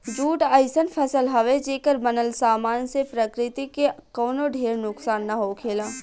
jute अइसन फसल हवे, जेकर बनल सामान से प्रकृति के कवनो ढेर नुकसान ना होखेला